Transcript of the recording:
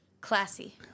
Classy